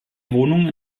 wohnung